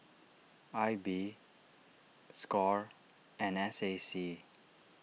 I B score and S A C